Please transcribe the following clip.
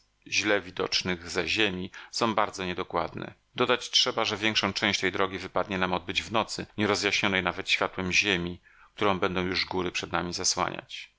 źle widocznych ze ziemi są bardzo niedokładne dodać trzeba że większą część tej drogi wypadnie nam odbyć w nocy nierozjaśnionej nawet światłem ziemi którą będą już góry przed nami zasłaniać